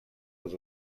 has